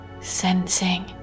sensing